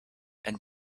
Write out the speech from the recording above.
and